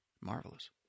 Marvelous